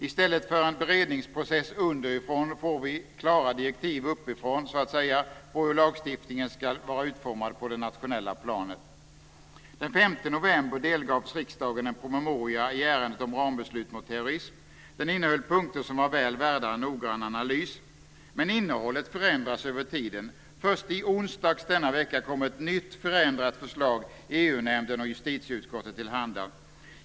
I stället för en beredningsprocess underifrån får vi klara direktiv uppifrån på hur lagstiftningen ska vara utformad på det nationella planet. Den 5 november delgavs riksdagen en promemoria i ärendet om rambeslut mot terrorism. Den innehöll punkter som var väl värda en noggrann analys. Men innehållet förändras över tiden. Först i onsdags denna vecka kom ett nytt förändrat förslag EU nämnden och justitieutskottet till handa.